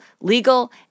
legal